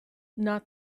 not